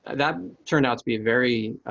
that turned out to be a very,